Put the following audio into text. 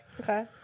Okay